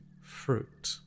fruit